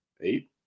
Eight